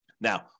Now